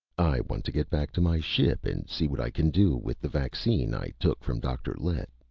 i want to get back to my ship and see what i can do with the vaccine i took from dr. lett.